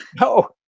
No